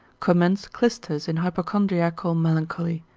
commends clysters in hypochondriacal melancholy,